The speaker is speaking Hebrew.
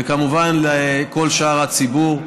וכמובן לכל שאר הציבור.